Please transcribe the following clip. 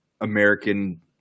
American